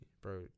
bro